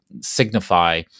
signify